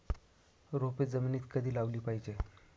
रोपे जमिनीत कधी लावली पाहिजे?